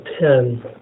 ten